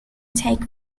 take